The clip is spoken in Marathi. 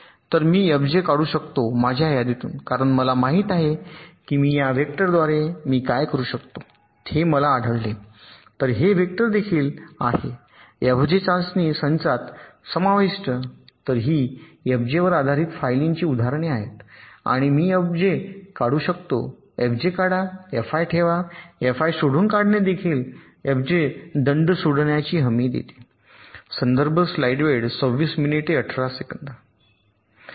तर मी fj काढू शकतो माझ्या यादीतून कारण मला माहित आहे की मी या वेक्टरद्वारे मी काय करू शकतो ते मला आढळले तर हे वेक्टर देखील आहे एफजे चाचणी संचात समाविष्ट तर ही fj वर आधारीत फायलीची उदाहरणे आहेत आणि मी fj काढू शकतो fj काढा आणि fi ठेवा fi शोधून काढणे देखील fj दंड शोधण्याची हमी देते